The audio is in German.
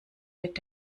mit